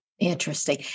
Interesting